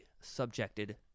subjected